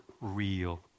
real